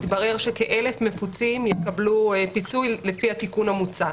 התברר שכ-1,000 מפוצים יקבלו פיצוי לפי התיקון המוצע.